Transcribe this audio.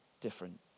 different